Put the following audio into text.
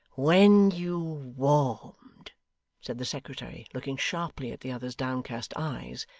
when you warmed said the secretary, looking sharply at the other's downcast eyes,